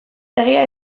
egia